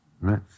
right